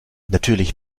natürlich